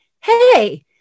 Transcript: hey